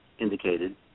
indicated